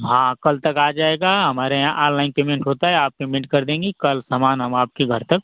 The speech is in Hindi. हाँ कल तक आ जाएगा हमारे यहाँ आनलाइन पेमेंट होता है आप पेमेंट कर देंगी कल समान हम आपके घर तक